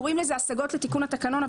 קוראים לזה השגות לתיקון התקנון,